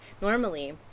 Normally